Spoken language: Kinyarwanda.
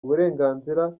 uburenganzira